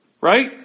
Right